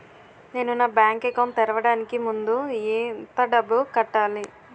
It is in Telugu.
నేను నా బ్యాంక్ అకౌంట్ తెరవడానికి ముందు ఎంత డబ్బులు కట్టాలి?